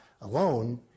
alone